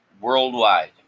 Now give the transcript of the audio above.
Worldwide